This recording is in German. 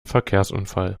verkehrsunfall